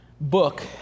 book